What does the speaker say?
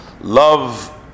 Love